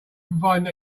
provide